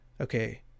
okay